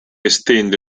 estende